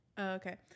okay